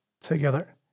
together